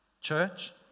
Church